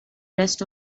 rest